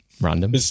Random